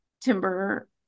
timber